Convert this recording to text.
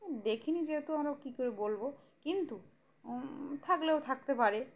দেখিনি যেহেতু আমরা কী করে বলবো কিন্তু থাকলেও থাকতে পারে